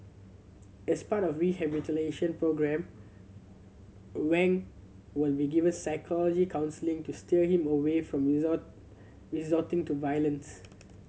as part of rehabilitation programme Wang will be given psychological counselling to steer him away from resorting to violence